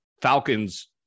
falcons